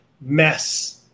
mess